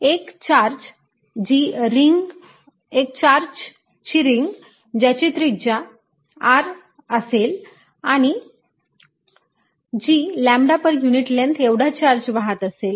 एक चार्जची रिंग ज्याची त्रिज्या r असेल आणि जी लॅम्बडा पर युनिट लेन्थ एवढा चार्ज वाहत असेल